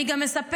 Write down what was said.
אני גם אספר,